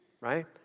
right